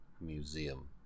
Museum